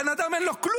הבן אדם, אין לו כלום,